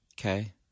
okay